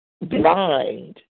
blind